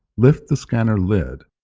lift the scanner lid